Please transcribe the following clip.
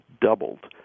doubled